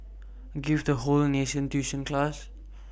give the whole nation tuition class